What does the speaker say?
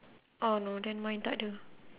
orh no then mine takda